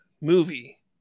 movie